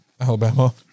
Alabama